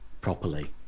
properly